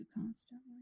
constantly